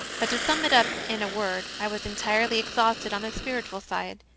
but, to sum it up in a word, i was entirely exhausted on the spiritual side.